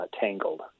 Tangled